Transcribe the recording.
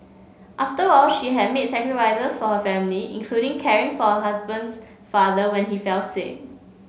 after all she had made sacrifices for her family including caring for husband's father when he fell sick